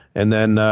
and then,